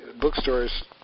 bookstores